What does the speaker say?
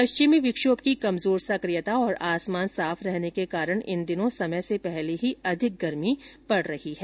पश्चिमी विक्षोभ की कमजोर सक्रियता और आसमान साफ रहने के कारण इन दिनों समय से पहले ही अधिक गर्मी पड़ रही है